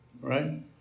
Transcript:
Right